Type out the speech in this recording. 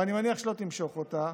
אבל אני מניח שלא תמשוך אותה,